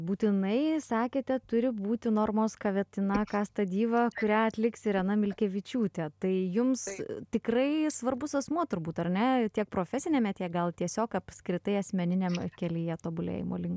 būtinai sakėte turi būti normos kavetinaka stadyva kurią atliks irena milkevičiūtė tai jums tikrai svarbus asmuo turbūt ar ne tiek profesiniame tiek gal tiesiog apskritai asmeniniame kelyje tobulėjimo link